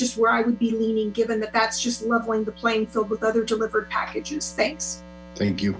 just where i would be leaning given that that's just leveling the playing with other delivered packages thanks thank you